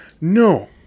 No